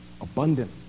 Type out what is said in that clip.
abundant